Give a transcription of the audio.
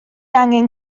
angen